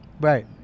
Right